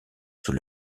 sous